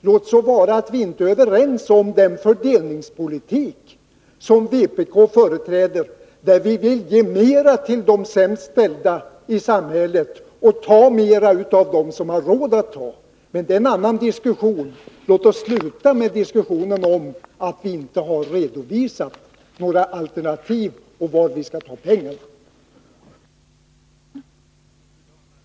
Låt vara att vi inte är överens om den fördelningspolitik som vpk företräder, dvs. att ge mera till de sämst ställda i samhället och ta mera från dem som har råd att betala. Det är en annan diskussion. Låt det bli ett slut på talet om att vpk inte har redovisat några alternativ och lämnat någon förklaring om var pengarna skall tas.